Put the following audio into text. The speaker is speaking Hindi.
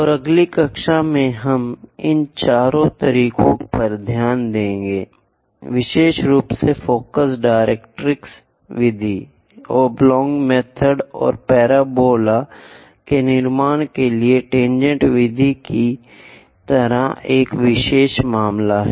और अगली कक्षा में हम इन चार तरीकों पर ध्यान देंगे विशेष रूप से फ़ोकस डाइरेक्स विधि ओब्लॉंग मेथड और पराबोला के निर्माण के लिए टेनजेंट विधि की तरह एक विशेष मामला है